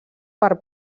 per